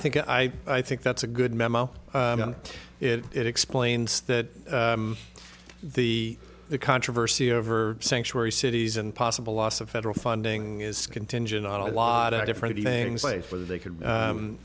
think i i think that's a good memo it explains that the the controversy over sanctuary cities and possible loss of federal funding is contingent on a lot of different things like a for they could